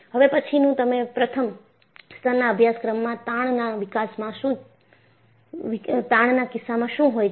હવે પછીનું તમે પ્રથમ સ્તરના અભ્યાસક્રમમાં તાણના કિસ્સામાં શું હોય છે